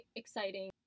exciting